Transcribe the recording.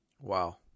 Wow